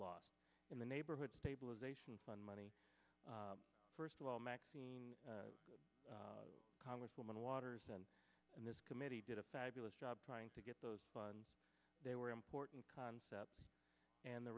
lost in the neighborhood stabilization fund money first of all maxine congresswoman waters i'm in this committee did a fabulous job trying to get those funds they were important concept and the